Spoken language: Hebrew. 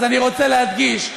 אז אני רוצה להדגיש,